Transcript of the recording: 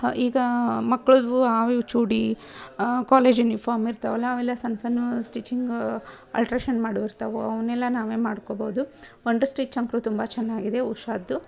ಈಗ ಮಕ್ಳದ್ದು ಅವು ಇವು ಚೂಡಿ ಕಾಲೇಜ್ ಯುನಿಫಾಮ್ ಇರ್ತಾವಲ್ವ ಅವೆಲ್ಲ ಸಣ್ಣ ಸಣ್ಣ ಸ್ಟಿಚಿಂಗು ಅಲ್ಟ್ರೇಶನ್ ಮಾಡೋವು ಇರ್ತವೆ ಅವನ್ನೆಲ್ಲ ನಾವೇ ಮಾಡ್ಕೋಬೋದು ವಂಡ್ರ್ ಸ್ಟಿಚ್ ಅಂತು ತುಂಬ ಚೆನ್ನಾಗಿದೆ ಉಷಾದ್ದು